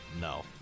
No